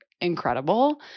incredible